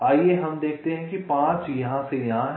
आइए हम देखते हैं कि 5 यहाँ से यहाँ है